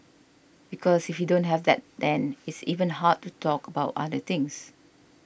because if you don't have that then it's even hard to talk about other things